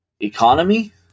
economy